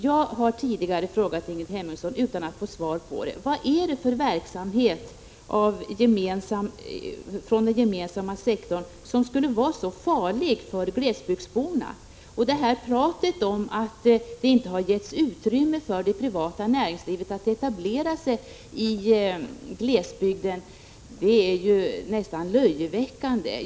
Jag har tidigare frågat Ingrid Hemmingsson utan att få svar: Vad är det för verksamhet i den gemensamma sektorn som skulle vara så farlig för glesbygdsborna? Pratet om att det inte getts utrymme för det privata näringslivet att etablera sig i glesbygden är ju nästan löjeväckande.